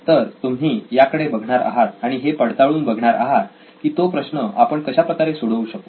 तर तुम्ही याकडे बघणार आहात आणि हे पडताळून बघणार आहात की तो प्रश्न आपण कशा प्रकारे सोडवू शकू